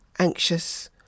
anxious